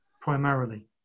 primarily